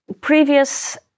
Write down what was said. previous